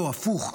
לא, הפוך.